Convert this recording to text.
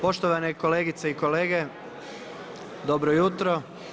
Poštovane kolegice i kolege dobro jutro.